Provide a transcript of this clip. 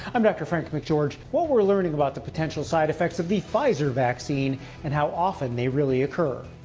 i'm dr. frank mcgeorge. what we're learning about the potential side effects of the pfizer vaccine and how often they really occur.